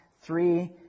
three